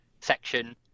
section